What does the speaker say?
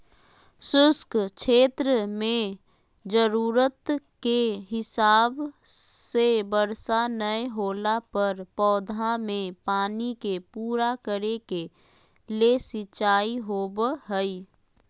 शुष्क क्षेत्र मेंजरूरत के हिसाब से वर्षा नय होला पर पौधा मे पानी के पूरा करे के ले सिंचाई होव हई